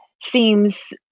seems